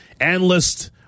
analyst